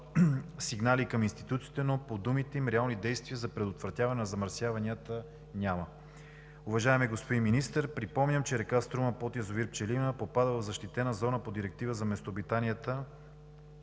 сигнали към институциите, но по думите им реални действия за предотвратяване на замърсяванията няма. Уважаеми господин Министър, припомням, че река Струма под язовир „Пчелина“ попада в защитена зона по Директива за местообитанията,